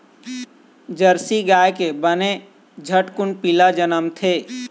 Jersey गाय के बने झटकुन पिला जनमथे